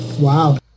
Wow